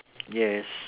yes